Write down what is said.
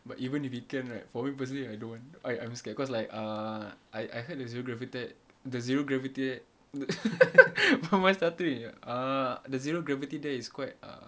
but even if you can right for me personally I don't want I I'm scared cause like err I I heard there's zero gravitat~ the zero gravity ther~ why am I stuttering uh the zero gravity there is quite uh